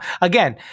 again